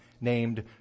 named